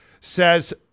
says